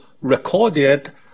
recorded